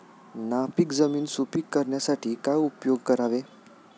नापीक जमीन सुपीक करण्यासाठी काय उपयोग करावे?